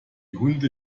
hunde